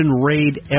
raid